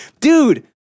dude